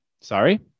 Sorry